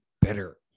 better